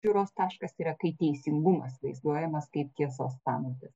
žiūros taškas yra kai teisingumas vaizduojamas kaip tiesos pamatas